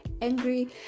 angry